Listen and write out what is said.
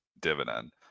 dividend